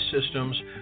systems